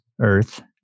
earth